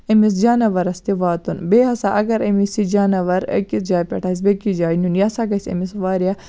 أمِس جانَورَس تہِ واتُن بیٚیہِ ہسا اگر أمِس یہِ جانَور أکِس جایہِ پٮ۪ٹھ آسہِ بیٚکِس جایہِ نیُن یہِ ہسا گژھِ أمِس واریاہ